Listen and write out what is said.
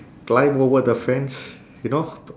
climb over the fence you know